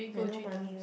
I no money